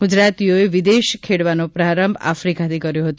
ગુજરાતીઓએ વિદેશ ખેડવાનો પ્રારંભ આફ્રિકાથી કર્યો હતો